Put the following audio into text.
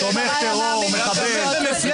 יש לה יום הולדת.